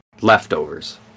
leftovers